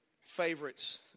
favorites